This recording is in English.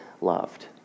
loved